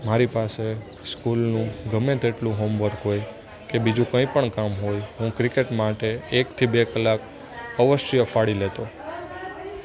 મારી પાસે સ્કૂલનું ગમે તેટલું હોમવર્ક હોય કે બીજું કંઇપણ કામ હોય હું ક્રિકેટ માટે એકથી બે કલાક અવશ્ય ફાળવી લેતો